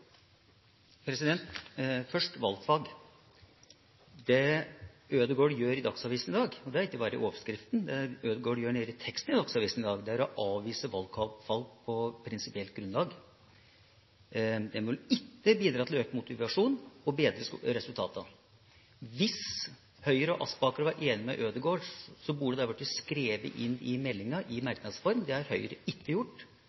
det som står i overskriften. Det Ødegaard gjør nede i teksten i Dagsavisen i dag, er å avvise valgfag på prinsipielt grunnlag: Det vil ikke bidra til økt motivasjon og bedre resultatene. Hvis Høyre og Aspaker var enig med Ødegaard, burde det vært skrevet inn i innstillinga i merknads form. Det har Høyre ikke gjort.